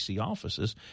offices